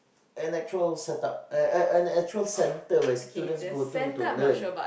an actual set up an an an actual center where students go to to learn